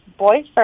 boyfriend